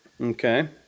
Okay